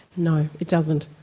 no it doesn't.